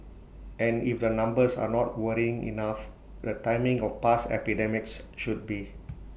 and if the numbers are not worrying enough the timing of past epidemics should be